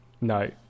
No